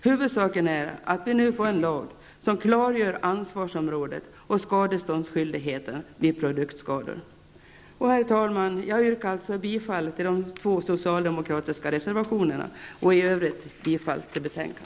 Huvudsaken är att vi nu får en lag som klargör ansvarsområdet och skadeståndsskyldigheten vid produktskador. Herr talman! Jag yrkar bifall till de två socialdemokratiska reservationerna och i övrigt till utskottets hemställan.